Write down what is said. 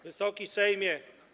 Wysoki Sejmie!